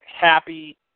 happy